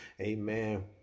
Amen